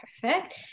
perfect